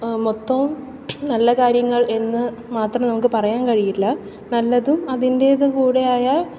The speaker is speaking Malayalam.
മൊത്തവും നല്ല കാര്യങ്ങൾ എന്ന് മാത്രം നമുക്ക് പറയാൻ കഴിയില്ല നല്ലതും അതിന്റേത് കൂടെ ആയ